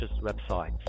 websites